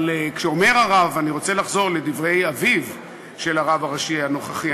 אבל כשאומר הרב אני רוצה לחזור לדברי אביו של הרב הראשי הנוכחי: